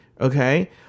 okay